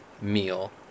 meal